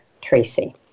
Tracy